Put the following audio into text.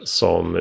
som